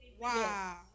Wow